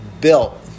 built